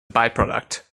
byproduct